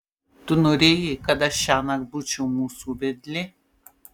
tu norėjai kad aš šiąnakt būčiau mūsų vedlė